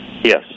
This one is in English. Yes